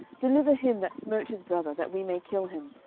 deliver him that smote his brother, that we may kill him,